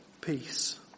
peace